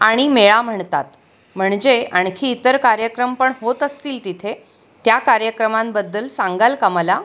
आणि मेळा म्हणतात म्हणजे आणखी इतर कार्यक्रम पण होत असतील तिथे त्या कार्यक्रमांबद्दल सांगाल का मला